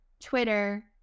Twitter